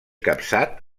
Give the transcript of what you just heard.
capçat